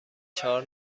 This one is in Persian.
چهار